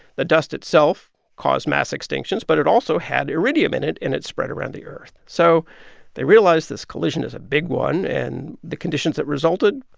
the dust itself caused mass extinctions. but it also had iridium in it, and it spread around the earth. so they realized this collision is a big one. and the conditions that resulted,